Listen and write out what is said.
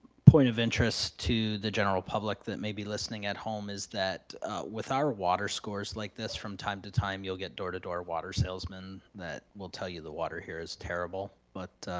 point of interest to the general public that may be listening at home is that with our water scores like this from time to time you'll get door to door water salesmen that will tell you the water here is terrible. but